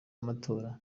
amatora